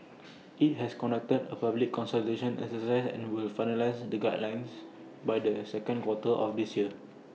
IT has conducted A public consultation exercise and will finalise the guidelines by the second quarter of this year